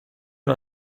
una